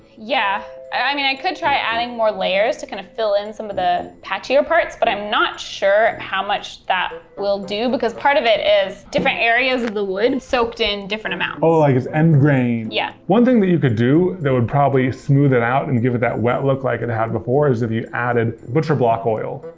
yeah, and i mean, i could try adding more layers to kinda fill in some of the patchier parts, but i'm not sure how much that will do. because, part of it is, different areas of the wood soaked in different amounts. evan oh like, it's end grain. katelyn yeah. one thing that you could do, that would probably smooth it out and give it that wet look like it had before, is if you added butcher block oil.